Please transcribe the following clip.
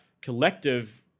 collective